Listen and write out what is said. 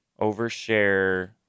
Overshare